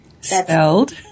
Spelled